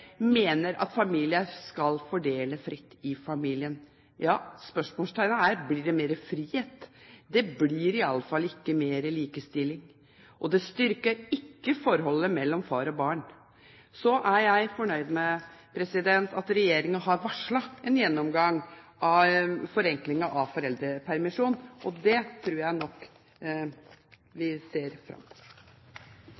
mener at familier skal fordele fritt i familien. Ja, spørsmålet er: Blir det mer frihet? Det blir i alle fall ikke mer likestilling, og det styrker ikke forholdet mellom far og barn. Så er jeg fornøyd med at regjeringen har varslet en gjennomgang av forenklingen av foreldrepermisjonen. Det tror jeg nok